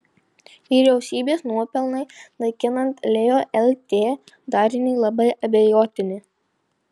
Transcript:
vyriausybės nuopelnai naikinant leo lt darinį labai abejotini